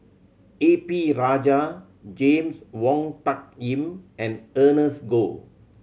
A P Rajah James Wong Tuck Yim and Ernest Goh